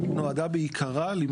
ואני אסקור ממש בקצרה את ההסדר